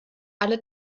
alle